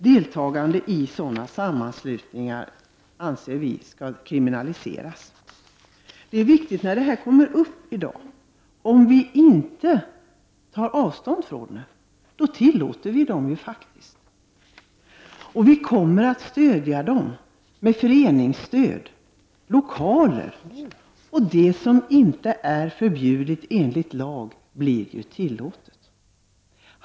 Deltagande i sådana sammanslutningar anser vi skall kriminaliseras. Om vi inte tar avstånd från dessa organisationer och sammanslutningar tillåter vi dem faktiskt. Vi kommer i så fall att ge dem föreningsstöd och hjälpa dem med lokaler. Det som inte är förbjudet enligt svensk lag blir ju tillåtet.